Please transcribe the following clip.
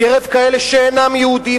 מקרב כאלה שאינם יהודים,